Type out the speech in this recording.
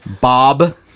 Bob